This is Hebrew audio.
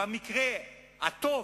במקרה "הטוב",